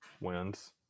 wins